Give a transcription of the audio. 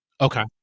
Okay